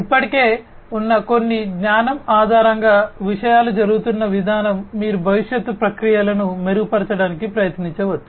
ఇప్పటికే ఉన్న కొన్ని జ్ఞానం ఆధారంగా విషయాలు జరుగుతున్న విధానం మీరు భవిష్యత్తులో ప్రక్రియలను మెరుగుపరచడానికి ప్రయత్నించవచ్చు